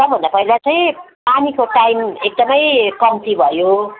सबभन्दा पहिला चाहिँ पानीको टाइम एकदमै कम्ती भयो